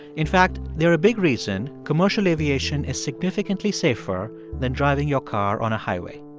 in fact, they're a big reason commercial aviation is significantly safer than driving your car on a highway.